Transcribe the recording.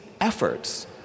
efforts